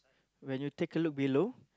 when you take a look below